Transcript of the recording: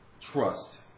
trust